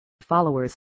followers